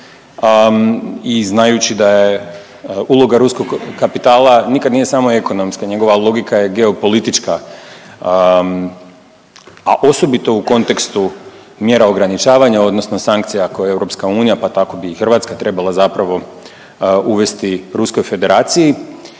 I znajući da je uloga ruskog kapitala nikad nije samo ekonomska, njegova logika je geopolitička a osobito u kontekstu mjera ograničavanja, odnosno sankcija koje EU pa tako bi i Hrvatska trebala zapravo uvesti Ruskoj Federaciji.